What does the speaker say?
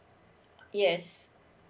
yes